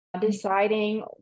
deciding